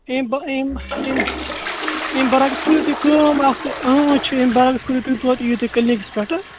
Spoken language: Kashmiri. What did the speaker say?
أمۍ پتہٕ أمۍ أمۍ أمۍ بَرعکٕس کٔرِو تُہۍ کٲم اَکھ تہٕ اۭں چھُ أمۍ بَرعکٕس کٔرِو تُہۍ کام تُہۍ یِیِو کٕلنِکَس پیٚٹھٕ